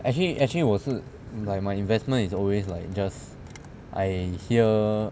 actually actually 我是 like my investment is always like just I hear